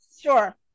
sure